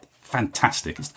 Fantastic